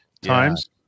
times